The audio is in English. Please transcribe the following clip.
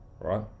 Right